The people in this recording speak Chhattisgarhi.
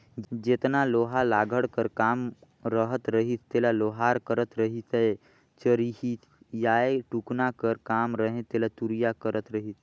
जेतना लोहा लाघड़ कर काम रहत रहिस तेला लोहार करत रहिसए चरहियाए टुकना कर काम रहें तेला तुरिया करत रहिस